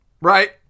right